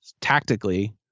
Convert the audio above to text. tactically